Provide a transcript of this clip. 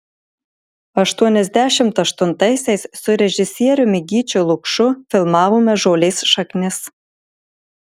aštuoniasdešimt aštuntaisiais su režisieriumi gyčiu lukšu filmavome žolės šaknis